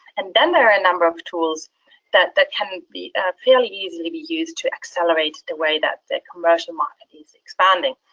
and then there are a number of tools that that can be fairly easy to be used to accelerate the way that the commercial market is expanding.